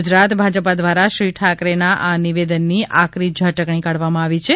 ગુજરાત ભાજપ દ્વારા શ્રી ઠાકરેના આ નિવેદનની આકરી ઝાટકણી કાઢવામાં આવી છે